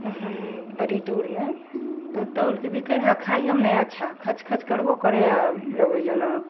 बड़ी दूरमे तऽ तौलिके बिकै रहै खाइओमे नहि अच्छा खचखच करबो करै आओर लगै जेना